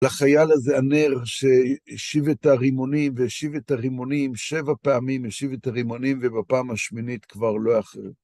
לחייל הזה ענר שהשיב את הרימונים, והשיב את הרימונים שבע פעמים, השיב את הרימונים, ובפעם השמינית כבר לא...